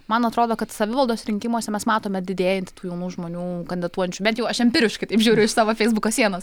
man atrodo kad savivaldos rinkimuose mes matome didėjantį tų jaunų žmonių kandidatuojančių bent jau aš empiriškai taip žiūriu iš savo feisbuko sienos